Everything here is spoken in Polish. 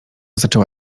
zaczęła